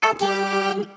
Again